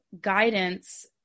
guidance